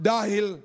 Dahil